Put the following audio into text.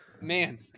man